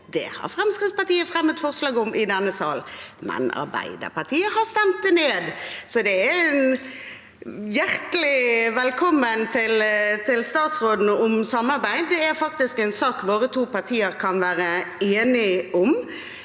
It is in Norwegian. Det har Fremskrittspartiet fremmet forslag om i denne sal, men Arbeiderpartiet har stemt det ned – så hjertelig velkommen til statsråden om samarbeid. Det er faktisk en sak våre to partier kan være enige om.